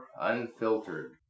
Unfiltered